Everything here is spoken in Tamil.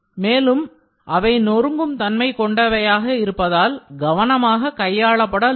மேலும் அவை நொறுங்கும் தன்மை கொண்டவையாக இருப்பதால் கவனமாக கையாளப்பட வேண்டும்